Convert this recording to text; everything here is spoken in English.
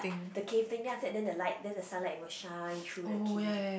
the cave thing then after that then the light then the sunlight will shine through the cave